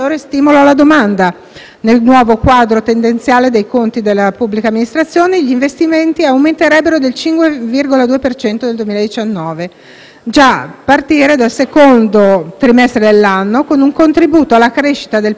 Nel nuovo quadro tendenziale dei conti della pubblica amministrazione, gli investimenti aumenterebbero del 5,2 per cento nel 2019, già a partire dal secondo trimestre dell'anno, con un contributo alla crescita del PIL reale superiore di